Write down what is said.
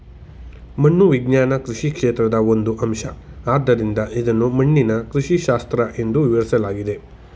ಮಣ್ಣು ವಿಜ್ಞಾನ ಕೃಷಿ ಕ್ಷೇತ್ರದ ಒಂದು ಅಂಶ ಆದ್ದರಿಂದ ಇದನ್ನು ಮಣ್ಣಿನ ಕೃಷಿಶಾಸ್ತ್ರ ಎಂದೂ ವಿವರಿಸಲಾಗಿದೆ